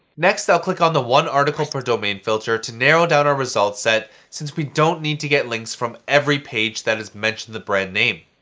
next, i'll click on the one article per domain filter to narrow down our results set since we don't need to get links from every page that has mentioned the brand name.